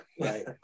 right